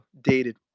dated